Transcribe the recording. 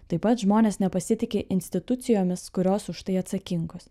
taip pat žmonės nepasitiki institucijomis kurios už tai atsakingos